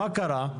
מה קרה?